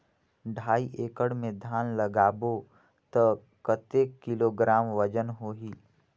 ढाई एकड़ मे धान लगाबो त कतेक किलोग्राम वजन होही?